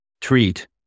treat